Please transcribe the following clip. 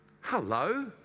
hello